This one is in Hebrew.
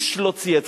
איש לא צייץ.